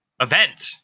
event